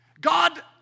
God